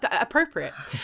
appropriate